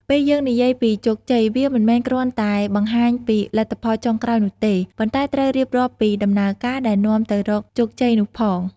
ពេលយើងនិយាយពីជោគជ័យ វាមិនមែនគ្រាន់តែបង្ហាញពីលទ្ធផលចុងក្រោយនោះទេ ប៉ុន្តែត្រូវរៀបរាប់ពីដំណើរការដែលនាំទៅរកជោគជ័យនោះផង។